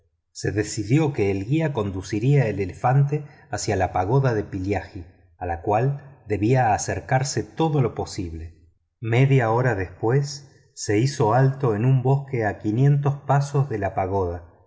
se decidió que el guía conduciría el elefante hacia la pagoda de pillaji a la cual debía acercarse todo lo posible media hora después se hizo alto en un bosque a quinientos pasos de la pagoda